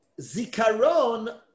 Zikaron